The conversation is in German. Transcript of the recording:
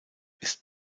ist